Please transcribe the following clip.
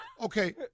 Okay